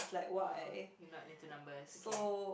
oh you're not into numbers it's okay